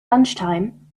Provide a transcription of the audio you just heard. lunchtime